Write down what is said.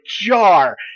jar